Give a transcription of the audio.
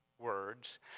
words